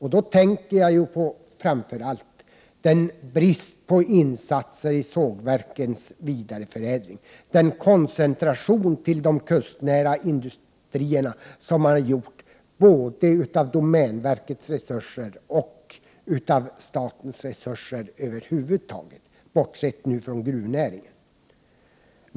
Jag tänker framför allt på bristen på insatser i sågverkens vidareförädling och den koncentration till de kustnära industrierna som har gjorts både av domänverkets resurser och av statens resurser över huvud taget — bortsett från gruvnäringen.